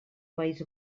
país